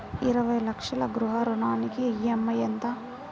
ఇరవై లక్షల గృహ రుణానికి ఈ.ఎం.ఐ ఎంత?